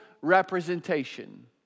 representation